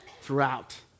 throughout